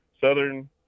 southern